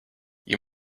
you